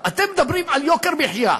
אתם מדברים על יוקר מחיה,